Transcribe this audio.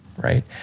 right